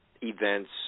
events